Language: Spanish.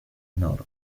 north